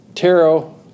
Tarot